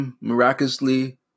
miraculously